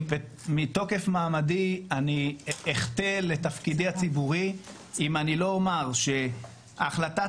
מתוקף מעמדי אני אחטא לתפקידי הציבורי אם אני לא אומר שהחלטת